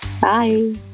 Bye